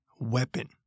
weapon